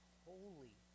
holy